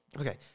Okay